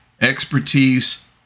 expertise